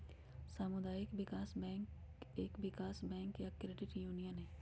सामुदायिक विकास बैंक एक विकास बैंक या क्रेडिट यूनियन हई